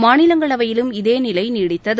மாநிலங்களவையிலும் இதே நிலை நீடித்தது